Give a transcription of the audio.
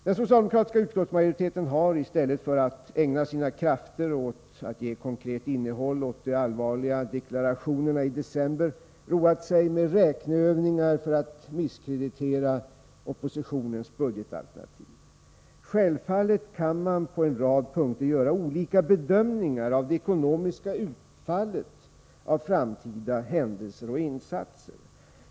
Den socialdemokratiska utskottsmajoriteten har —i stället för att ägna sina krafter åt att ge konkret innehåll åt de allvarliga deklarationerna i december — roat sig med räkneövningar för att misskreditera oppositionens budgetalternativ. Självfallet kan man på en rad punkter göra olika bedömningar av det ekonomiska utfallet av framtida händelser och insatser.